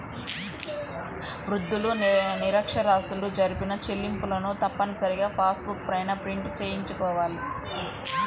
వృద్ధులు, నిరక్ష్యరాస్యులు జరిపిన చెల్లింపులను తప్పనిసరిగా పాస్ బుక్ పైన ప్రింట్ చేయించుకోవాలి